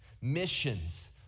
missions